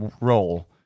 role